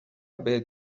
بهت